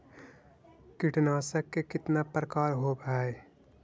कीटनाशक के कितना प्रकार होव हइ?